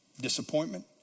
Disappointment